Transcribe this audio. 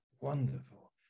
wonderful